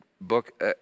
book